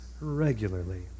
regularly